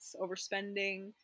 overspending